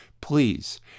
Please